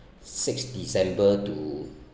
sixth december to